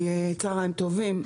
צוהריים טובים,